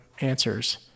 answers